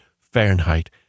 Fahrenheit